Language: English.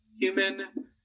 human